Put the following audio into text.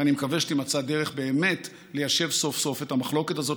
ואני מקווה שתימצא הדרך באמת ליישב סוף-סוף את המחלוקת הזאת,